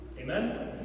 Amen